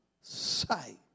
sight